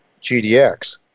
GDX